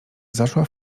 zaszła